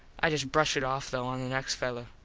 i just brush it off tho on the next fello.